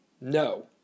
No